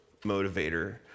motivator